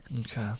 Okay